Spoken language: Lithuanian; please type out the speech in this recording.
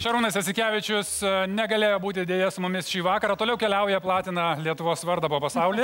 šarūnas jasikevičius negalėjo būti deja su mumis šį vakarą toliau keliauja platina lietuvos vardą po pasaulį